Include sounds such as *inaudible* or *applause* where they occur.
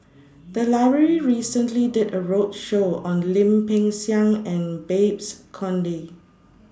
*noise* The Library recently did A roadshow on Lim Peng Siang and Babes Conde